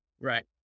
Right